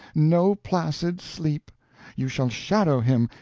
no placid sleep you shall shadow him,